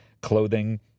clothing